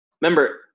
remember